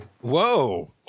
Whoa